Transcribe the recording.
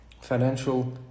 Financial